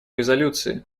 резолюции